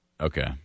Okay